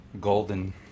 golden